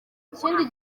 ikindi